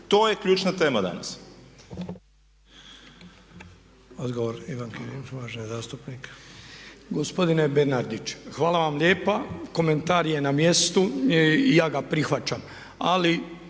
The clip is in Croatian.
To je ključna tema danas.